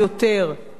מתקופת המקרא?